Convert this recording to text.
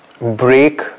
break